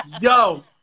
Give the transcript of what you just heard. Yo